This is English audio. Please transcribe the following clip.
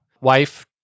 Wife